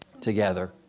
together